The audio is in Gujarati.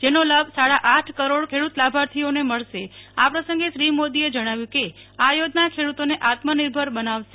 જેનો લાભ સાડા આઠ કરોડ ખેડુત લાભાર્થીઓને મળશે આ પ્રસંગે શ્રી મોદીએ જણાવ્યુ કે આ યોજના ખેડુતોને આત્મનિર્ભર બનાવશે